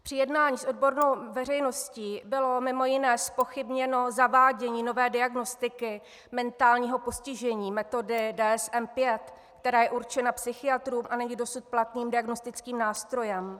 Při jednání s odbornou veřejností bylo mimo jiné zpochybněno zavádění nové diagnostiky mentálního postižení metody DSM5, která je určena psychiatrům a není dosud platným diagnostickým nástrojem.